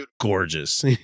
gorgeous